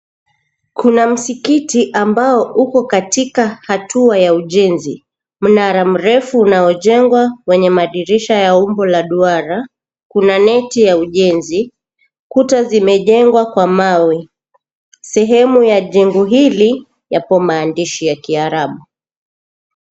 Kuna msikiti ambao uko katika hatua ya ujenzi. Mnara mrefu unaojengwa wenye madirisha ya umbo la duara, kuna neti ya ujenzi, kuta zimejengwa kwa mawe. Sehemu ya jengo hili yapo maandishi ya kiarabu.